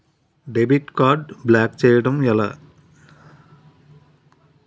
Debit card block చేయటం ఎలా?